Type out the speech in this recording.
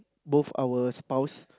both our spouse